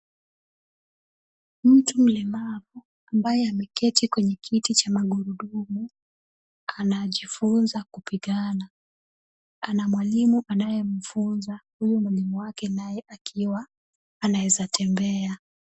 Mtu mlemavu ambaye ameketi kwenye kiti cha magurudumu anajifunza kupigana. Ana mwalimu anayemfunza. Huyu mwalimu wake naye akiwa anaweza tembea.